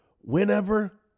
whenever